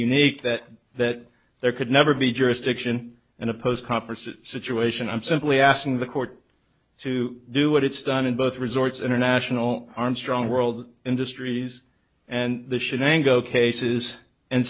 unique that that there could never be jurisdiction in a post conference that situation i'm simply asking the court to do what it's done in both resorts international armstrong world industries and the should i go cases and